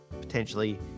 potentially